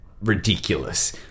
ridiculous